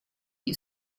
you